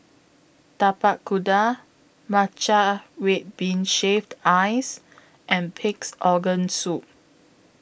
Tapak Kuda Matcha Red Bean Shaved Ice and Pig'S Organ Soup